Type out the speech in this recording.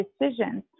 decisions